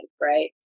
right